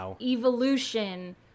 evolution